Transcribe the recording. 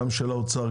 גם של האוצר,